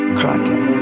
cracking